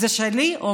זה שלי?